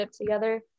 together